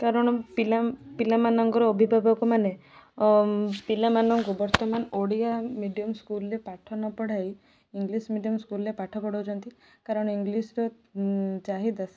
କାରଣ ପିଲା ପିଲାମାନଙ୍କର ଅଭିଭାବକମାନେ ପିଲାମାନଙ୍କୁ ବର୍ତ୍ତମାନ ଓଡ଼ିଆ ମିଡ଼ିଅମ୍ ସ୍କୁଲ୍ରେ ପାଠ ନ ପଢ଼ାଇ ଇଂଗ୍ଲିଶ୍ ମିଡ଼ିଅମ୍ ସ୍କୁଲ୍ରେ ପାଠ ପଢ଼ାଉଛନ୍ତି କାରଣ ଇଂଗ୍ଲିଶ୍ର ଚାହିଦା